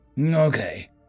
Okay